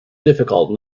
difficult